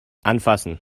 anfassen